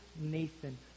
Nathan